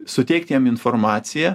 suteikt jiem informaciją